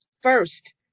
first